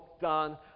done